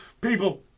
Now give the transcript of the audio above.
People